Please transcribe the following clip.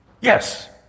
Yes